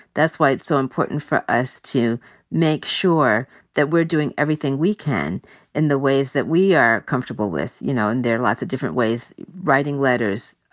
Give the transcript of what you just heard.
that's why it's so important for us to make sure that we're doing everything we can in the ways that we are comfortable with. you know, and there are lots of different ways. writing letters,